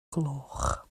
gloch